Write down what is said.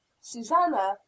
Susanna